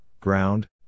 ground